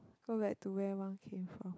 go back to where everyone came from